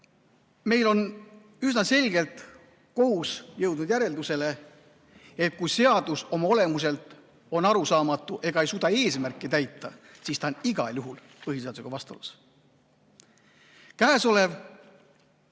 Meil on kohus üsna selgelt jõudnud järeldusele, et kui seadus oma olemuselt on arusaamatu ega suuda eesmärki täita, siis ta on igal juhul põhiseadusega vastuolus. Käesolevat